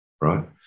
right